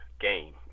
game